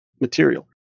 material